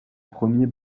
premier